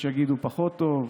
יש יגידו פחות טוב.